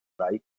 right